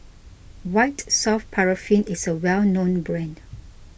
White Soft Paraffin is a well known brand